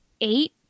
eight